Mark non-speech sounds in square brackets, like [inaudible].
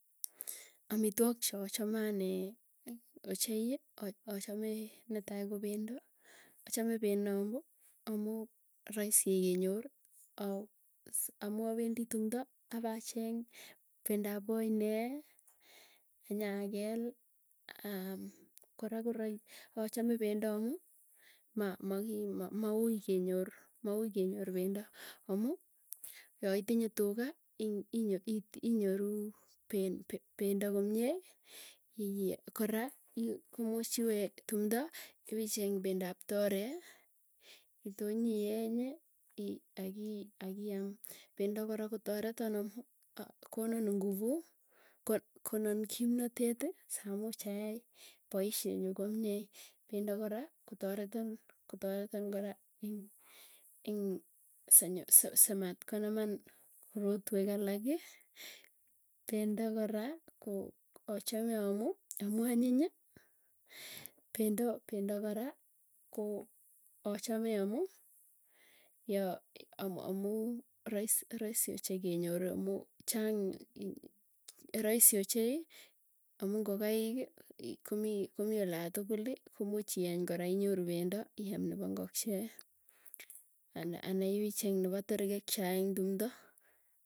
Amitwok cha chamee anee ochei, ach achame netai ko pendo. Achame pendo amuu amuu raisii kenyor ah amu awendi tumdo apacheng pendop poinee, kenyakeel aam kora korai achame pendo amuu, ma maakii ma maui kenyor. Maui kenyor pendo amuu yaitinye tuga [hesitation] inyoru pen pendo komie ii. Koraa ii komuuch iwee tumdo iwicheng pendop toree, kitonyienyi ii akii akiiam pendo kora kotoretan amuu konon inguvu. Ko konan kimnateti samuch ayai poisyee nyuu komiee, pendo kora kotareton kotoreton kora ing sanyo simatkonaman korotwek alaki, pendo kora koo achame amuu, amuu anyiny. Pendo pendo kora, koo achame amuu yoo amu amuu, rais raisi ochei kenyoru amu chang raisi ochei amuu ngokaiki, komii komii olatukuliimukuuch ieng kora inyoru pendo iam nepo ngokche ana anaicheng nepa terkekia eng tumdo.